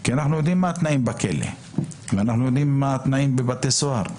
כי אנחנו יודעים מה התנאים בכלא ואנחנו יודעים מה התנאים בבתי הסוהר.